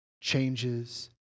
changes